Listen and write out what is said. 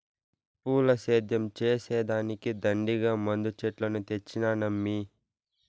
పూల సేద్యం చేసే దానికి దండిగా మందు చెట్లను తెచ్చినానమ్మీ